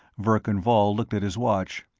verkan vall looked at his watch.